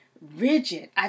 rigid